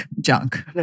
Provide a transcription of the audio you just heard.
junk